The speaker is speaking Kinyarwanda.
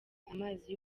amazi